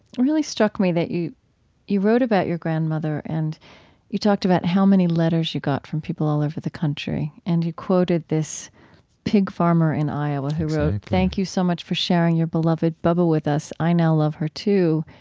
really struck me that you you wrote about your grandmother and you talked about how many letters you got from people all over the country, and you quoted this pig farmer in iowa who wrote, thank you so much for sharing your beloved bubbeh with us. i now love her too,